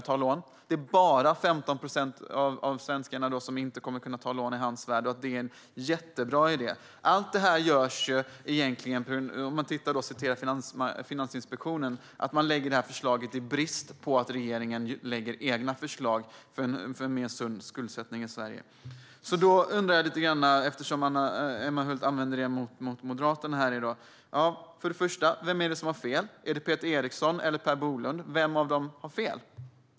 I hans värld är det alltså "bara" 15 procent av svenskarna som inte kommer att kunna ta lån, och det här är en "jättebra" idé. Enligt Finansinspektionen läggs detta förslag fram i brist på egna förslag från regeringen för en mer sund skuldsättning i Sverige. Eftersom Emma Hult använde detta mot Moderaterna tidigare i dag har jag några frågor. För det första undrar jag vem som har fel. Är det Peter Eriksson eller Per Bolund? Vem av dem har fel?